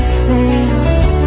sails